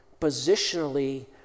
positionally